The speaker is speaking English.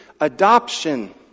adoption